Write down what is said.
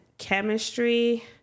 chemistry